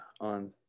on